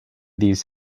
these